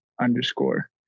underscore